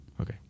Okay